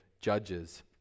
Judges